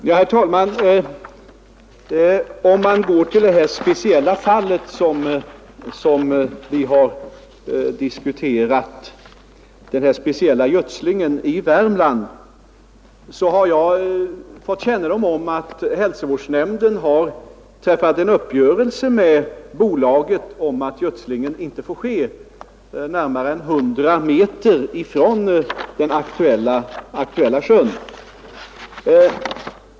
Herr talman! Om man går till det fall vi diskuterat — den här speciella gödslingen i Värmland — så kan jag nämna att jag fått kännedom om att hälsovårdsnämnden träffat en uppgörelse med bolaget om att gödslingen inte får ske närmare än 100 meter från den aktuella sjön.